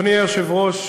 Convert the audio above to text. אדוני היושב-ראש,